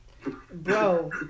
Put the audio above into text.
Bro